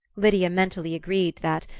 lydia mentally agreed that,